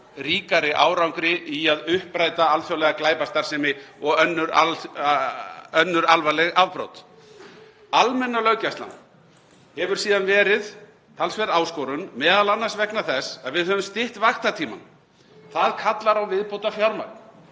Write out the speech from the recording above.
ríkari árangri í að uppræta alþjóðlega glæpastarfsemi og önnur alvarleg afbrot. Almenna löggæslan hefur síðan verið talsverð áskorun, m.a. vegna þess að við höfum stytt vaktatímann. Það kallar á viðbótarfjármagn